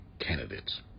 candidates